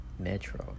Metro